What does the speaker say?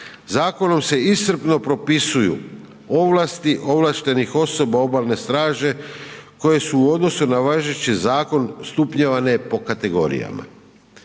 Zakonom se iscrpno propisuju ovlasti ovlaštenih osoba obalne straže koje su u odnosu na važeći zakon stupnjevane po kategorijama.